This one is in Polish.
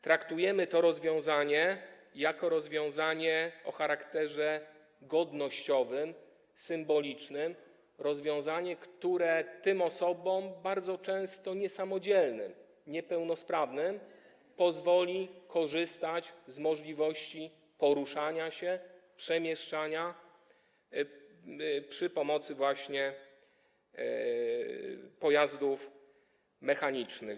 Traktujemy to rozwiązanie jako rozwiązanie o charakterze godnościowym, symbolicznym, rozwiązanie, które tym osobom bardzo często niesamodzielnym, niepełnosprawnym pozwoli korzystać z możliwości poruszania, przemieszczania się za pomocą pojazdów mechanicznych.